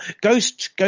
Ghost